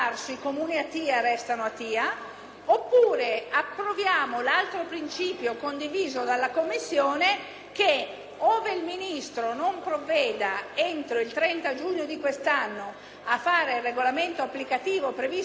ove il Ministro non preveda entro il 30 giugno di quest'anno a fare il regolamento applicativo previsto dal decreto n. 152 del 2006, i Comuni che siano pronti e che lo desiderino possono passare al